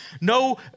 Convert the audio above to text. no